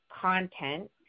content